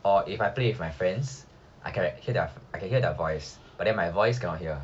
or if I play with my friends I can I can hear their voice but then my voice cannot hear